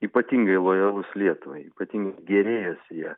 ypatingai lojalus lietuvai ypatingai gėrėjosi ja